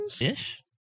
Ish